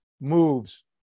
moves